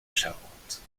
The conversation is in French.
charente